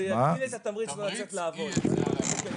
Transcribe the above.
את התמריץ לצאת לעבוד.